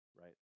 right